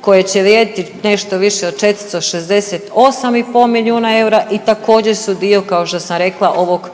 koje će vrijediti nešto više od 468,5 milijuna eura i također su dio kao što sam rekla ovog